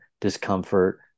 discomfort